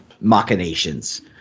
machinations